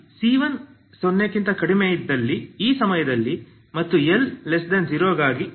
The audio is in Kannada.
ಈ c10 ಸಮಯದಲ್ಲಿ ಮತ್ತು l0 ಗಾಗಿ ಸರಿ